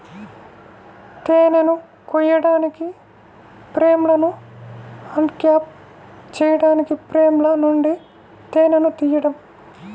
తేనెను కోయడానికి, ఫ్రేమ్లను అన్క్యాప్ చేయడానికి ఫ్రేమ్ల నుండి తేనెను తీయడం